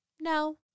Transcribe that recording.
No